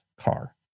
car